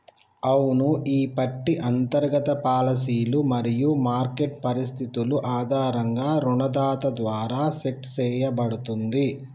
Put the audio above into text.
అవును ఈ పట్టి అంతర్గత పాలసీలు మరియు మార్కెట్ పరిస్థితులు ఆధారంగా రుణదాత ద్వారా సెట్ సేయబడుతుంది